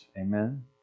Amen